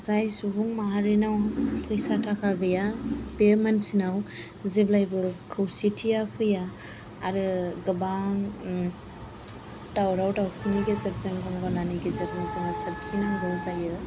जाय सुबुं माहारिनाव फैसा थाखा गैया बे मानसिनाव जेब्लायबो खौसेथिया फैया आरो गोबां दावराव दावसिनि गेजेरजों गंगनानि गेजेरजों जों सोरखिनांगौ जायो